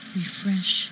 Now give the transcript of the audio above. refresh